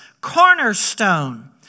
cornerstone